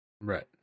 Right